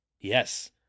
yes